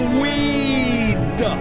weed